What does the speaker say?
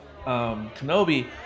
Kenobi